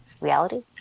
reality